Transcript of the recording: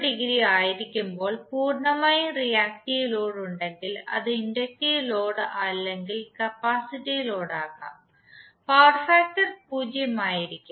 degree ആയിരിക്കുമ്പോൾ പൂർണ്ണമായും reactive load ഉണ്ടെങ്കിൽ അത് ഇൻഡക്റ്റീവ് ലോഡ് അല്ലെങ്കിൽ കപ്പാസിറ്റീവ് ലോഡ് ആകാം പവർ ഫാക്ടർ 0 ആയിരിക്കും